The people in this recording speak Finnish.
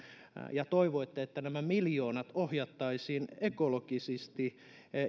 ja toivoitte että nämä miljoonat ohjattaisiin ekologisesti